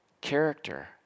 character